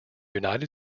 united